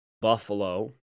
Buffalo